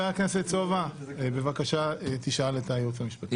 חבר הכנסת סובה, בבקשה תשאל את הייעוץ המשפטי.